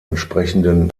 entsprechenden